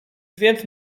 więc